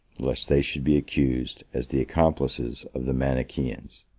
lest they should be accused as the accomplices, of the manichaeans.